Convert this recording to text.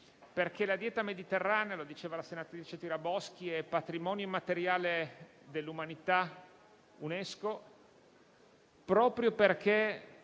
perché la dieta mediterranea - come diceva la senatrice Tiraboschi - è patrimonio immateriale dell'umanità UNESCO, proprio perché